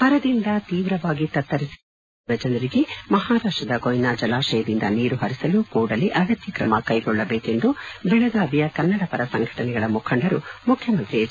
ಬರದಿಂದ ತೀವ್ರವಾಗಿ ತತ್ತರಿಸಿರುವ ಉತ್ತರ ಕರ್ನಾಟಕದ ಜನರಿಗೆ ಮಹಾರಾಷ್ಟದ ಕೊಯ್ನಾ ಜಲಾತಯದಿಂದ ನೀರು ಹರಿಸಲು ಕೂಡಲೇ ಅಗತ್ಯ ಕ್ರಮ ಕೈಗೊಳ್ಳಬೇಕೆಂದು ಬೆಳಗಾವಿಯ ಕನ್ನಡವರ ಸಂಘಟನೆಗಳ ಮುಖಂಡರು ಮುಖ್ಯಮಂತ್ರಿ ಎಚ್